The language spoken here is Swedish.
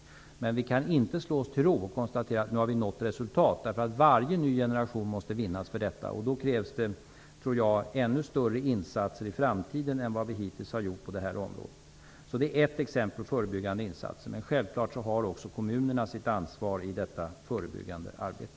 Men vi kan inte slå oss till ro och bara konstatera att nu har vi nått resultat. Varje ny generation måste vinnas för detta. Då krävs ännu större insatser i framtiden än vad vi hittills har gjort på detta område. Det är ett exempel på förebyggande insatser. Självfallet har också kommunerna sitt ansvar i detta förebyggande arbete.